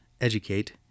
educate